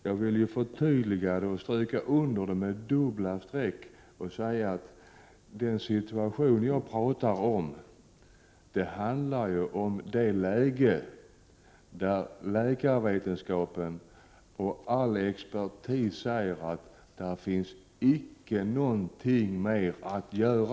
Jag vill stryka under med dubbla streck att den situation jag pratar om handlar om det läge där läkarvetenskapen och all expertis säger att det icke finns någonting mer att göra.